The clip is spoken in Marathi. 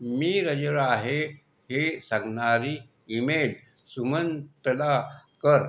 मी रजेवर आहे हे सांगणारी ईमेल सुमंतला कर